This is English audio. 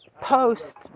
post